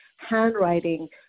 handwriting